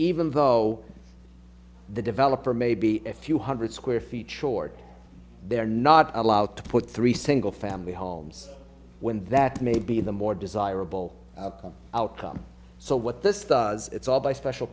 even though the developer may be a few hundred square feet short they're not allowed to put three single family homes when that may be the more desirable outcome so what this does it's all by special